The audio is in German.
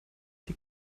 die